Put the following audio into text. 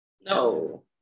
No